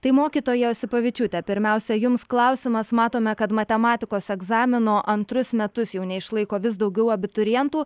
tai mokytoja osipavičiūte pirmiausia jums klausimas matome kad matematikos egzamino antrus metus jau neišlaiko vis daugiau abiturientų